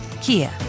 Kia